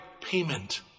payment